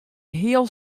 heal